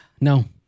No